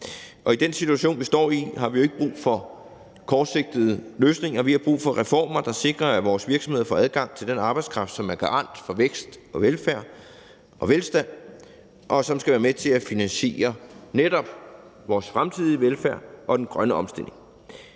i den situation, vi står i, har vi ikke brug for kortsigtede løsninger. Vi har brug for reformer, der sikrer, at vores virksomheder får adgang til den arbejdskraft, som er garant for vækst og velstand, og som skal være med til at finansiere vores fremtidige velfærd og den grønne omstilling.